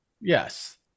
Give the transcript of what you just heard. yes